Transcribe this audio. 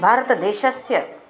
भारतदेशस्य